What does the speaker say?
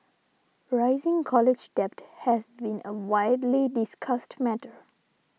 rising college debt has been a widely discussed matter